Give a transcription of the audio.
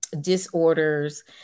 disorders